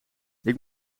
moet